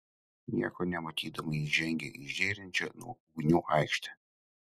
nieko nematydama ji žengė į žėrinčią nuo ugnių aikštę